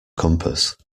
compass